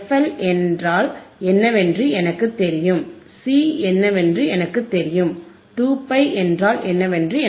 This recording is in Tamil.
எல் என்றால் என்னவென்று எனக்குத் தெரியும் சி என்னவென்று எனக்குத் தெரியும் 2π என்றால் என்னவென்று எனக்குத் தெரியும்